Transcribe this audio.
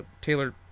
Taylor